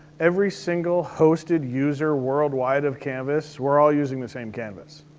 every single hosted user worldwide of canvas, we're all using the same canvas.